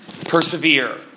persevere